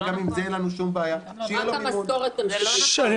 וגם עם זה אין לנו שום בעיה, שיהיה לו מימון.